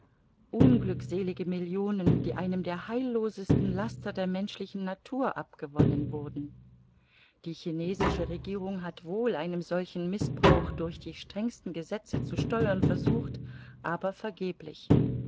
unglückselige millionen die einem der heillosesten laster der menschlichen natur abgewonnen wurden die chinesische regierung hat wohl einem solchen mißbrauch durch die strengsten gesetze zu steuern versucht aber vergeblich